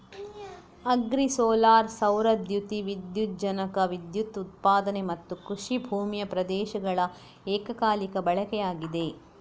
agri solar ಸೌರ ದ್ಯುತಿ ವಿದ್ಯುಜ್ಜನಕ ವಿದ್ಯುತ್ ಉತ್ಪಾದನೆ ಮತ್ತುಕೃಷಿ ಭೂಮಿಯ ಪ್ರದೇಶಗಳ ಏಕಕಾಲಿಕ ಬಳಕೆಯಾಗಿದೆ